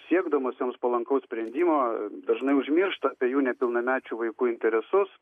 siekdamos joms palankaus sprendimo dažnai užmiršta apie jų nepilnamečių vaikų interesus